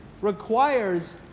requires